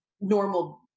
normal